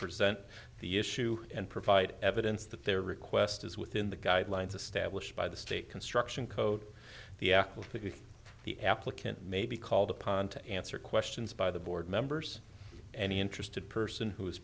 present the issue and provide evidence that their request is within the guidelines established by the state construction code the act of the applicant may be called upon to answer questions by the board members any interested person who